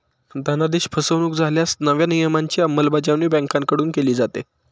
धनादेश फसवणुक झाल्यास नव्या नियमांची अंमलबजावणी बँकांकडून केली जाते